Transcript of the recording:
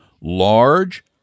large